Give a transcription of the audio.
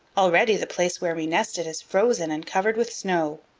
already the place where we nested is frozen and covered with snow.